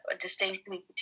distinctly